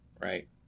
right